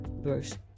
verse